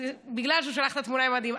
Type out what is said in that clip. בגלל שהוא שלח את התמונה עם מדים.